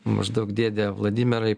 maždaug dėde vladimirai